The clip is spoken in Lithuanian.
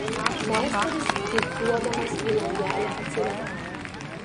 meisteris pypkiuodamas į langelį atsiremia